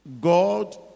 God